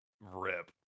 Rip